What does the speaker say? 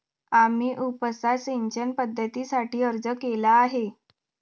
आम्ही उपसा सिंचन पद्धतीसाठी अर्ज केला आहे